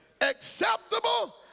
acceptable